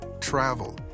travel